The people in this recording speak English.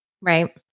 Right